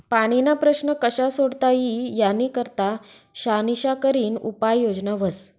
पाणीना प्रश्न कशा सोडता ई यानी करता शानिशा करीन उपाय योजना व्हस